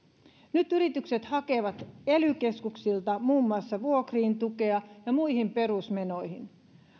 nyt yritykset hakevat ely keskuksilta muun muassa vuokriin ja muihin perusmenoihin tukea